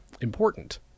important